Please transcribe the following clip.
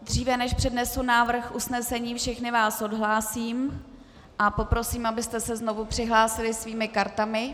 Dříve než přednesu návrh usnesení, všechny vás odhlásím a poprosím, abyste se znovu přihlásili svými kartami.